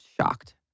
shocked